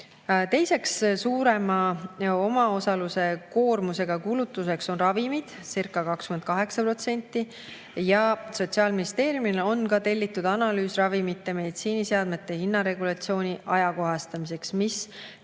Teine suurema omaosaluse koormusega kulutus on ravimid –circa28%. Sotsiaalministeeriumil on ka tellitud analüüs ravimite ja meditsiiniseadmete hinnaregulatsiooni ajakohastamiseks, mis